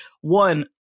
one